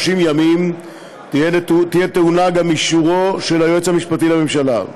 ימים תהיה טעונה גם אישורו של היועץ המשפטי לממשלה.